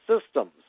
systems